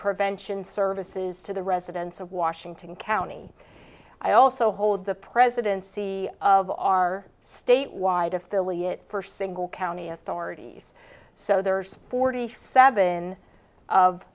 prevention services to the residents of washington county i also hold the presidency of our state wide if really it for single county authorities so there's forty seven of